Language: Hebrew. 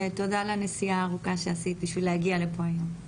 ותודה על הנסיעה הארוכה שעשית בשביל להגיע לפה היום.